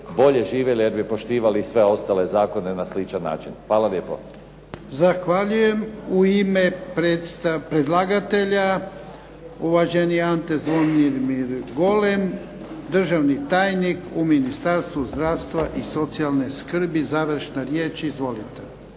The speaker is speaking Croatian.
bolje živjeli jer bi poštivali i sve ostale zakone na sličan način. Hvala lijepo.